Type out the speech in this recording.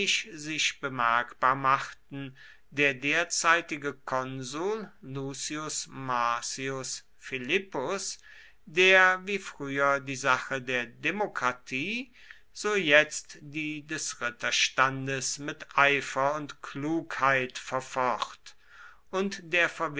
sich bemerkbar machten der derzeitige konsul lucius marcius philippus der wie früher die sache der demokratie so jetzt die des ritterstandes mit eifer und klugheit verfocht und der